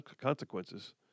consequences